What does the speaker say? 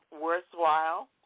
worthwhile